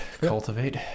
cultivate